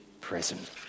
present